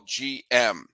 GM